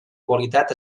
qualitat